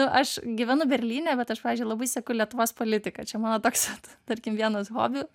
aš gyvenu berlyne bet aš pavyzdžiui labai seku lietuvos politiką čia mano toks tarkim vienas hobių